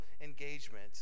engagement